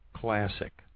classic